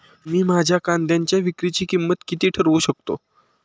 मी माझ्या कांद्यांच्या विक्रीची किंमत किती ठरवू शकतो?